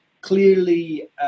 Clearly